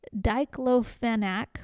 Diclofenac